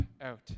out